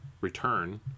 return